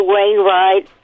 Wainwright